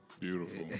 Beautiful